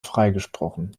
freigesprochen